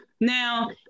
Now